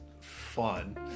fun